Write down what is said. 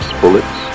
bullets